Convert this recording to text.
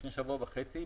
לפני שבוע וחצי,